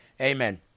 Amen